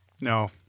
No